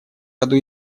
году